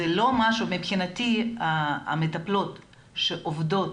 מבחינתי המטפלות שעובדות